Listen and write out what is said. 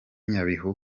nyabihu